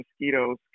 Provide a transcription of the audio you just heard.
mosquitoes